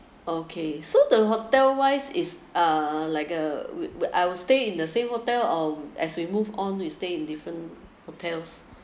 okay so the hotel wise is uh like uh we will I will stay in the same hotel or as we move on we stay in different hotels